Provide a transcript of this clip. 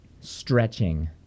Stretching